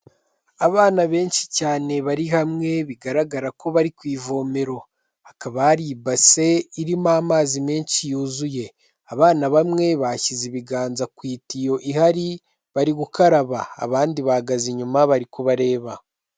Abana benshi cyane bari hamwe bigaragara ko bari ku ivomero, hakaba hari ibase irimo amazi menshi yuzuye, abana bamwe bashyize ibiganza ku itiyo ihari bari gukaraba abandi bahagaze inyuma bari kubareba.